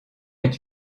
est